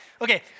Okay